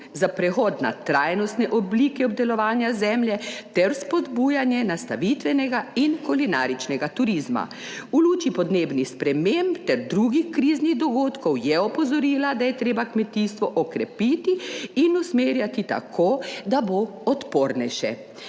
za prehod na trajnostne oblike obdelovanja zemlje ter spodbujanje nastanitvenega in kulinaričnega turizma. V luči podnebnih sprememb ter drugih kriznih dogodkov je opozorila, da je treba kmetijstvo okrepiti in usmerjati tako, da bo odpornejše.